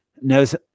knows